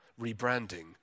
rebranding